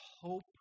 hope